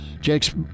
Jake's